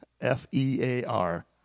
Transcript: F-E-A-R